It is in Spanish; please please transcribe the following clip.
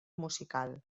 musical